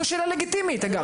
זו שאלה לגיטימית אגב.